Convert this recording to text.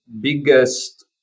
biggest